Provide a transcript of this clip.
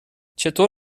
چطور